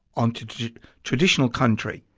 onto traditional country,